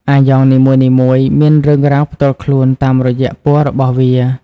អាយ៉ងនីមួយៗមានរឿងរ៉ាវផ្ទាល់ខ្លួនតាមរយៈពណ៌របស់វា។